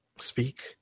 Speak